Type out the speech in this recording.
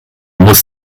muss